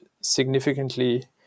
significantly